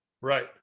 Right